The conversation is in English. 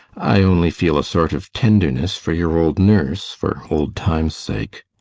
i only feel a sort of tenderness for your old nurse for old-times' sake.